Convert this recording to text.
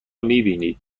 میبینید